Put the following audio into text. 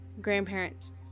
grandparents